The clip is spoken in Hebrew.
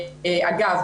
אגב,